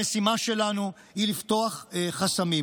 המשימה שלנו היא לפתוח חסמים.